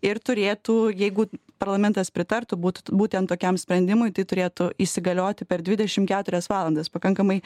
ir turėtų jeigu parlamentas pritartų būt būtent tokiam sprendimui tai turėtų įsigalioti per dvidešim keturias valandas pakankamai